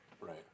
Right